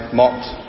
mocked